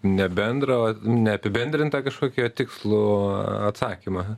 ne bendro neapibendrintą kažkokį o tikslų atsakymą